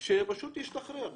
שפשוט ישתחרר.